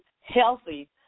healthy